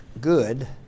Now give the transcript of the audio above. good